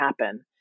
happen